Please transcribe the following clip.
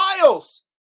Miles